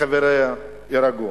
וחבריה יירגעו.